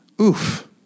oof